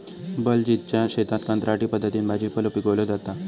बलजीतच्या शेतात कंत्राटी पद्धतीन भाजीपालो पिकवलो जाता